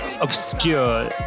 obscure